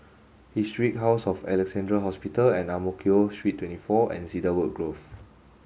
historic House of Alexandra Hospital Ang Mo Kio Street twenty four and Cedarwood Grove